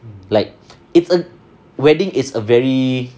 like it's a wedding is a very